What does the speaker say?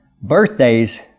Birthdays